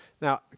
Now